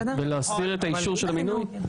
ולהסדיר את האישור של המינוי?